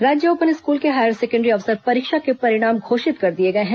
राज्य open school की higher secondary अवसर परीक्षा के परिणाम घोषित कर दिए गए हैं